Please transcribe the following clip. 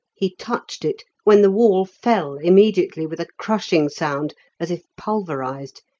he touched it, when the wall fell immediately, with a crushing sound as if pulverised,